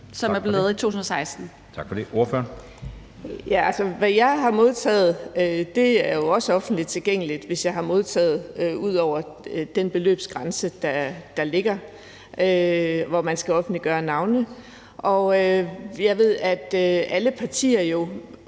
for det. Ordføreren. Kl. 10:43 Birgitte Vind (S): Altså, hvad jeg har modtaget, er jo også offentligt tilgængeligt, hvis jeg har modtaget noget over den beløbsgrænse, der ligger, for, hvornår man skal offentliggøre navne. Jeg ved, at alle partier jo